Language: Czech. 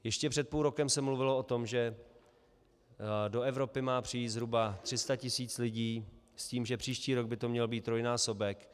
Ještě před půl rokem se mluvilo o tom, že do Evropy má přijít zhruba 300 tisíc lidí s tím, že příští rok by to měl být trojnásobek.